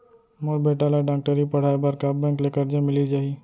मोर बेटा ल डॉक्टरी पढ़ाये बर का बैंक ले करजा मिलिस जाही?